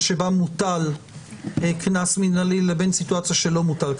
שבה מוטל קנס מינהלי לבין סיטואציה שבה לא מוטל סיטואציות.